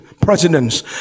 Presidents